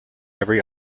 every